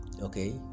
okay